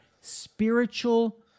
spiritual